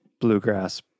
Bluegrass